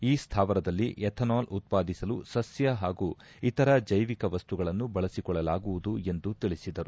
ಈ ಸ್ಟಾವರದಲ್ಲಿ ಎಥನಾಲ್ ಉತ್ಪಾದಿಸಲು ಸಸ್ಕ ಹಾಗೂ ಇತರ ಜೈವಿಕವಸ್ತುಗಳನ್ನು ಬಳಸಿಕೊಳ್ಳಲಾಗುವುದು ಎಂದು ತಿಳಿಸಿದರು